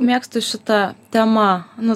mėgstu šitą temą nu